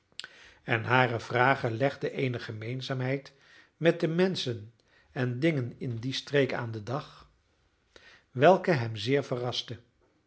en hare vragen legden eene gemeenzaamheid met de menschen en dingen in die streek aan den dag welke hem zeer verraste